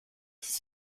six